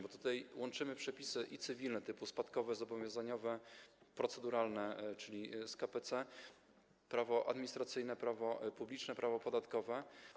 Bo tutaj łączymy przepisy cywilne, typu: spadkowe, zobowiązaniowe, proceduralne, czyli z k.p.c., prawo administracyjne, prawo publiczne, prawo podatkowe.